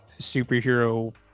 superhero